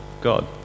God